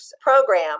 program